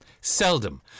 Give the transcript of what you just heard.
Seldom